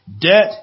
Debt